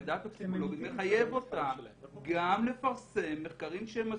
המידע הטוקסיקולוגי מחייב אותם גם לפרסם מחקרים שהם עשו,